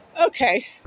Okay